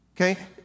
Okay